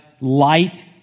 light